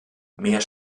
mehr